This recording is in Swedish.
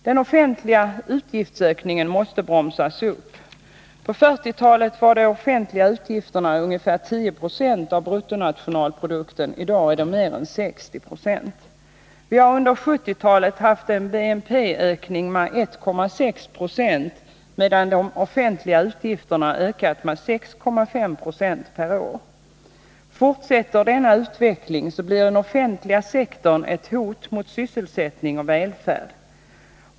Den offentliga utgiftsökningen måste bromsas upp. På 1940-talet var de offentliga utgifterna ungefär 10 96 av bruttonationalprodukten — i dag är de mer än 60 90. Vi har under 1970-talet haft en BNP-ökning med 1,6 20 medan de offentliga utgifterna har ökat med 6,5 96 per år. Fortsätter denna utveckling blir den offentliga sektorn ett hot mot sysselsättning och välfärd.